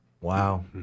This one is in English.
Wow